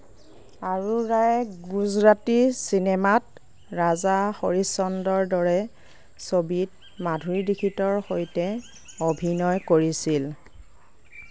আৰোৰাই গুজৰাটী চিনেমাত ৰাজা হৰিশ চন্দ্ৰৰ দৰে ছবিত মাধুৰী দীক্ষিতৰ সৈতে অভিনয় কৰিছিল